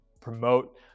promote